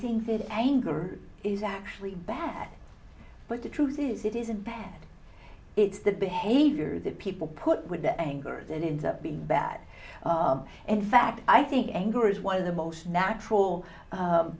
think that anger is actually bad but the truth is it isn't bad it's the behavior that people put with the anger that is a big bad in fact i think anger is one of the most natural